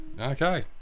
okay